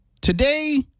Today